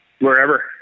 Wherever